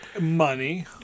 Money